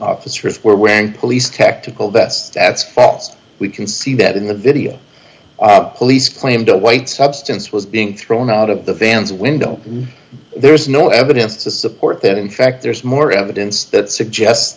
officers were and police tactical vest as falls we can see that in the video police claimed a white substance was being thrown out of the van's window there's no evidence to support that in fact there's more evidence that suggest